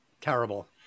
Terrible